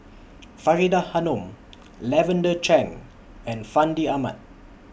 Faridah Hanum Lavender Chang and Fandi Ahmad